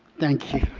thank you.